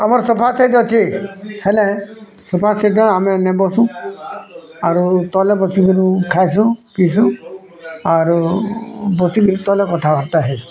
ଆମର sofa set ଅଛି ହେଲେ ସୋଫା ସେଟ୍ ଆମେ ନେଇଁ ବସୁ ଆରୁ ତଲେ ବସିକରୁ ଖାଏସୁଁ ପିଉସୁଁ ଆରୁ ବସିକିରି ତଲେ କଥାବାର୍ତ୍ତା ହେଇସୁଁ